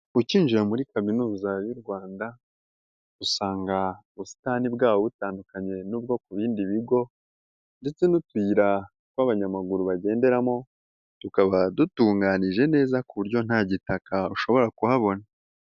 Ukinjira muri kaminuza y'u Rwanda, usanga ubusitani bwawo butandukanye n'ubwo ku bindi bigo ndetse n'utuyira tw'abanyamaguru bagenderamo, tukaba dutunganije neza ku buryo nta gitaka ushobora kuhabona.